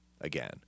again